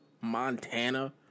Montana